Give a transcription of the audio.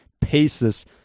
paces